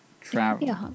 Travel